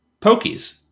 Pokies